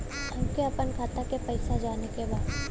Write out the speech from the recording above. हमके आपन खाता के पैसा जाने के बा